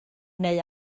neu